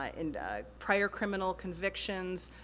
ah and prior criminal convictions.